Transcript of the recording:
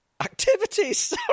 Activities